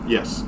Yes